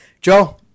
Joe